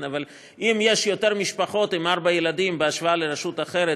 ואם יש יותר משפחות עם ארבעה ילדים בהשוואה לרשות אחרת,